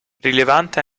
rilevante